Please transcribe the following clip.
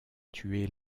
tué